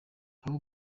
aho